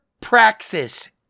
Praxis